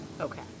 Okay